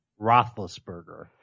Roethlisberger